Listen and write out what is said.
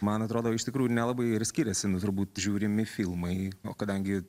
man atrodo iš tikrųjų nelabai ir skyrėsi nu turbūt žiūrimi filmai o kadangi